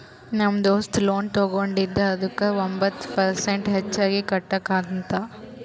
ನಮ್ ದೋಸ್ತ ಲೋನ್ ತಗೊಂಡಿದ ಅದುಕ್ಕ ಒಂಬತ್ ಪರ್ಸೆಂಟ್ ಹೆಚ್ಚಿಗ್ ಕಟ್ಬೇಕ್ ಅಂತ್